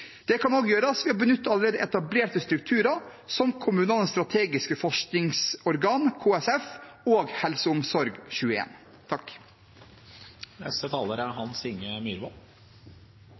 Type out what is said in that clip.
Det kan også gjøres ved å benytte allerede etablerte strukturer som Kommunenes strategiske forskningsorgan, KSF, og